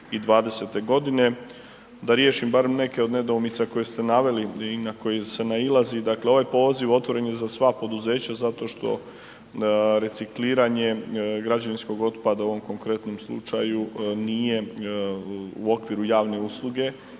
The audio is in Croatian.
Da riješim barem neke od nedoumica koje ste naveli i na koje se nailazi. Dakle, ovaj poziv otvoren je za sva poduzeća zato što recikliranje građevinskog otpada u ovom konkretnom slučaju nije u okviru javne usluge